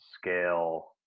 scale